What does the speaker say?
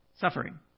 suffering